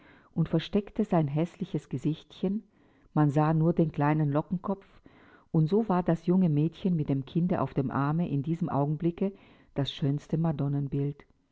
und versteckte sein häßliches gesichtchen man sah nur den kleinen lockenkopf und so war das junge mädchen mit dem kinde auf dem arme in diesem augenblicke das schönste madonnenbild